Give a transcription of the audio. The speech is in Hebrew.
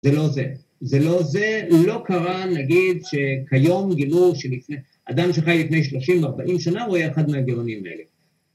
‫זה לא זה. זה לא זה. ‫לא קרה, נגיד, שכיום גילו ‫שאדם שחי לפני 30-40 שנה ‫הוא היה אחד מהגאונים האלה.